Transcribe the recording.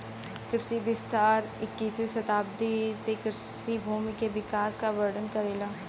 कृषि विस्तार इक्कीसवीं सदी के कृषि भूमि के विकास क वर्णन करेला